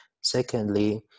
Secondly